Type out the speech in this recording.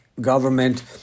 government